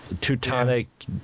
teutonic